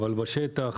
אבל בשטח